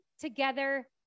together